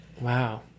wow